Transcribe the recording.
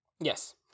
Yes